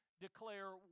declare